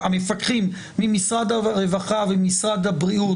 המפקחים, ממשרד הרווחה וממשרד הבריאות.